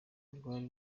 rwari